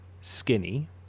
skinny